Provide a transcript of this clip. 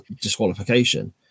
disqualification